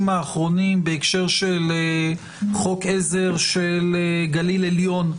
האחרונים בהקשר של חוק עזר של גליל עליון,